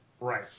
Right